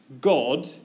God